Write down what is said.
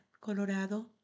colorado